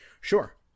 Sure